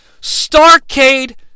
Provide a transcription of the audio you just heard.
Starcade